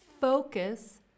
Focus